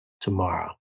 tomorrow